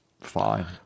fine